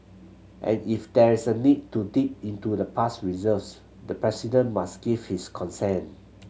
and if there is a need to dip into the past reserves the President must give his consent